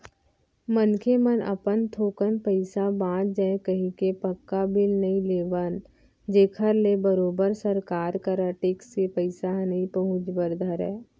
मनखे मन अपन थोकन पइसा बांच जाय कहिके पक्का बिल नइ लेवन जेखर ले बरोबर सरकार करा टेक्स के पइसा ह नइ पहुंचय बर धरय